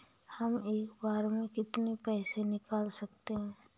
हम एक बार में कितनी पैसे निकाल सकते हैं?